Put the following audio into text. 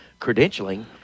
credentialing